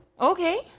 Okay